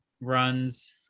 runs